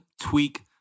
Tweak